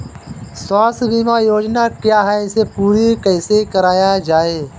स्वास्थ्य बीमा योजना क्या है इसे पूरी कैसे कराया जाए?